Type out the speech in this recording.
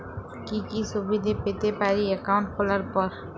কি কি সুবিধে পেতে পারি একাউন্ট খোলার পর?